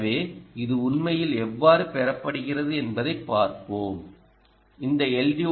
எனவே இது உண்மையில் எவ்வாறு பெறப்படுகிறது என்பதைப் பார்ப்போம் இந்த எல்